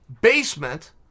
basement